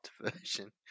version